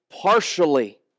partially